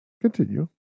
Continue